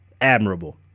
admirable